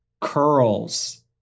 curls